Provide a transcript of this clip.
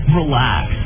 relax